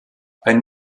ein